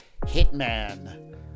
Hitman